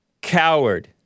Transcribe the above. coward